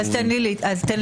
תן לי להתייחס.